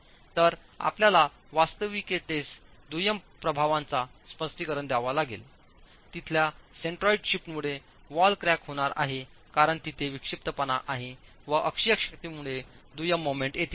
तर आपल्याला वास्तविकतेस दुय्यम प्रभावांचा स्पष्टीकरण द्यावा लागेलतिथल्या सेंट्रोइड शिफ्ट मुळे वॉल क्रॅक होणार आहे कारण तिथे विक्षिप्तपणा आहे व अक्षीय शक्तीमुळे दुय्यम मोमेंट येतील